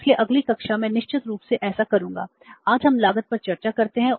इसलिए अगली कक्षा मैं निश्चित रूप से ऐसा करूंगा आज हम लागत पर चर्चा करते हैं